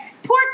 poor